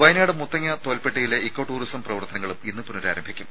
വയനാട് മുത്തങ്ങ തോൽപ്പെട്ടിയിലെ eco tourism പ്രവർത്തനങ്ങളും ഇന്ന് പുനഃരാരംഭിക്കും